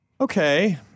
okay